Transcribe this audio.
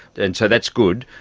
and so that's good,